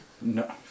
No